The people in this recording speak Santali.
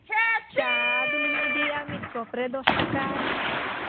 ᱪᱟ ᱫᱚᱞᱤᱧ ᱤᱫᱤᱭᱟ ᱢᱤᱫ ᱠᱟᱯᱨᱮ ᱫᱚᱥ ᱴᱟᱠᱟ